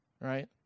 right